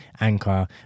Anchor